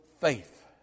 faith